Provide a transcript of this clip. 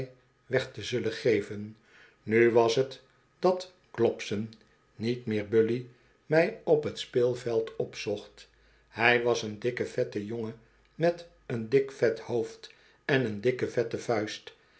weg te zullen geven nu was t dat globson niet meer bully mij op t speelveld opzocht hij was een dikke vette jongen met een dik vet hoofd en een dikke vette vuist